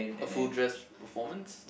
a full dress performance